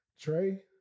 Trey